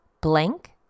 blank